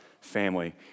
family